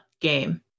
game